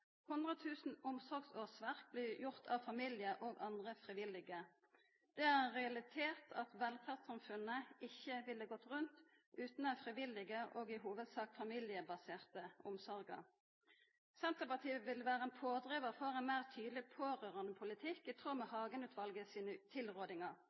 blir gjorde av familie og andre frivillige. Det er ein realitet at velferdssamfunnet ikkje ville gått rundt utan den frivillige, og i hovudsak familiebaserte, omsorga. Senterpartiet vil vera ein pådrivar for ein meir tydeleg pårørandepolitikk – i tråd med